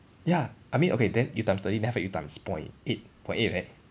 ya I mean okay then you times thirty then after that you times point eight point eight eh